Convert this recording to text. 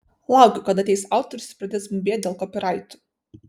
laukiu kada ateis autorius ir pradės bumbėt dėl kopyraitų